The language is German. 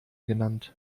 genannt